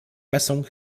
messung